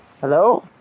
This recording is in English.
Hello